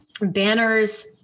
banners